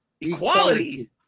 Equality